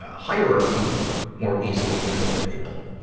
hierarchy more easily control people.